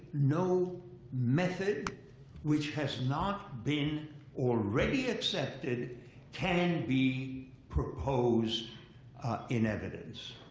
no method which has not been already accepted can be proposed in evidence.